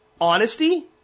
honesty